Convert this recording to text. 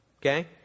Okay